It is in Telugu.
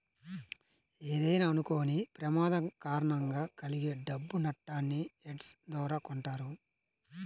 ఏదైనా అనుకోని ప్రమాదం కారణంగా కలిగే డబ్బు నట్టాన్ని హెడ్జ్ ద్వారా కొంటారు